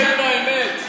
אתה חוטא לאמת.